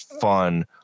fun